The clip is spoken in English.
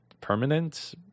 permanent